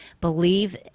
believe